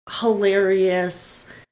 hilarious